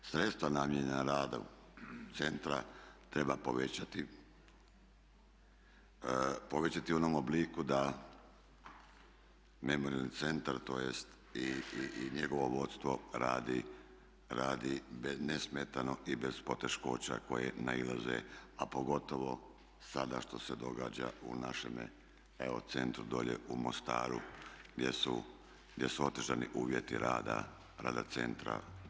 Sredstva namijenjena radu centra treba povećati u onom obliku da Memorijalni centar, tj. i njegovo vodstvo radi nesmetano i bez poteškoća koje nailaze, a pogotovo sada što se događa u našem evo centru dolje u Mostaru gdje su otežani uvjeti rada centra.